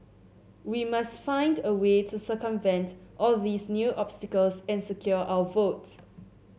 we must find a way to circumvent all these new obstacles and secure our votes